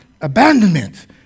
abandonment